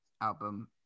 album